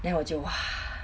then 我就 !wah!